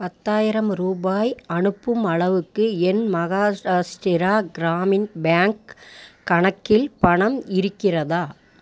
பத்தாயிரம் ரூபாய் அனுப்பும் அளவுக்கு என் மஹாராஷ்டிரா கிராமின் பேங்க் கணக்கில் பணம் இருக்கிறதா